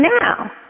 now